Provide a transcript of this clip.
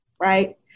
right